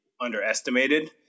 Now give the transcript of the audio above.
underestimated